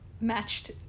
matched